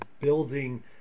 building